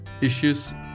issues